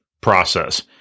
process